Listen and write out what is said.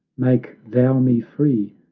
make thou me free,